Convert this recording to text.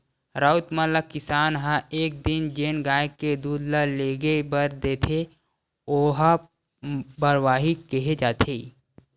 राउत मन ल किसान ह एक दिन जेन गाय के दूद ल लेगे बर देथे ओला बरवाही केहे जाथे